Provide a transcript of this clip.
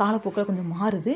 காலப்போக்கில் கொஞ்சம் மாறுது